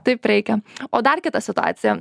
taip reikia o dar kita situacija